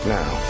now